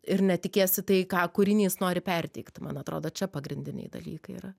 ir netikėsi tai ką kūrinys nori perteikt man atrodo čia pagrindiniai dalykai yra